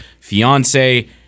fiance